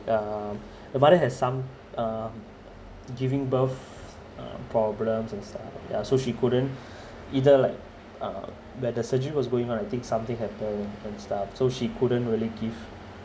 um the mother has some uh giving birth uh problems and stuff yeah so she couldn't either like uh when the surgery was going on I think something happens and stuff so she couldn't really give